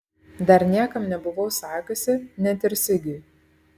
dar niekam nebuvau sakiusi net ir sigiui